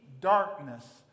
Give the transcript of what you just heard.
Darkness